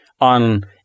on